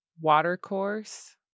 Watercourse